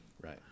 right